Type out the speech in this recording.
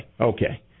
okay